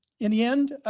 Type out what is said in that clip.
in the end,